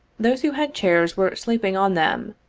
those who had chairs were sleeping on them,